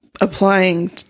applying